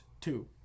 two